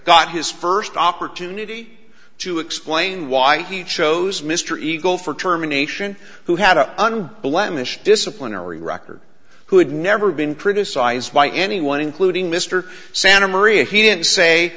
got his first opportunity to explain why he chose mr eagle for terminations who had an unblemished disciplinary record who had never been criticized by anyone including mr santamaria he didn't say